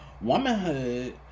womanhood